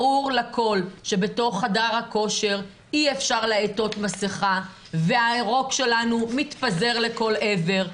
ברור לכל שבתוך חדר הכושר אי-אפשר לעטות מסכה והרוק שלנו מתפזר לכל עבר,